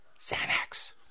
Xanax